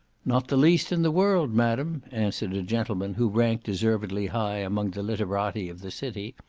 not the least in the world, madam, answered a gentleman who ranked deservedly high among the literati of the city,